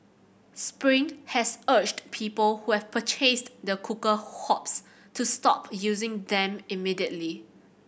spring has urged people who have purchased the cooker hobs to stop using them immediately